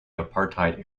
apartheid